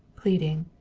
pleading,